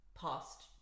past